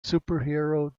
superhero